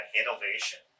innovation